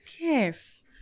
yes